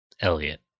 Elliot